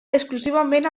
exclusivament